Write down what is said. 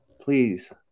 Please